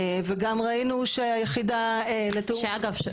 וגם ראינו שהיחידה לתיאום --- שאגב,